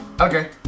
Okay